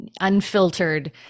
unfiltered